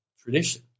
tradition